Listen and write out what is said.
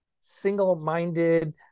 single-minded